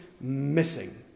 missing